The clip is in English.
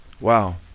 Wow